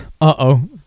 uh-oh